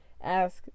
Ask